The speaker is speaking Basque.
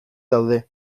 daude